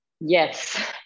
yes